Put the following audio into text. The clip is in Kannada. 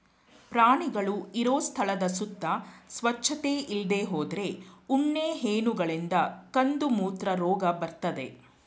ಪ್ರಾಣಿಗಳು ಇರೋ ಸ್ಥಳದ ಸುತ್ತ ಸ್ವಚ್ಚತೆ ಇಲ್ದೇ ಹೋದ್ರೆ ಉಣ್ಣೆ ಹೇನುಗಳಿಂದ ಕಂದುಮೂತ್ರ ರೋಗ ಬರ್ತದೆ